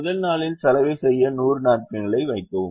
முதல் நாளில் சலவை செய்ய 100 நாப்கின்களை வைக்கவும்